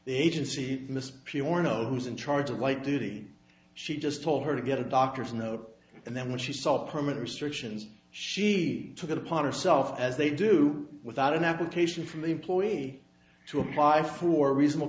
no who's in charge of light duty she just told her to get a doctor's note and then when she saw the permit restrictions she took it upon herself as they do without an application from the employee to apply for reasonable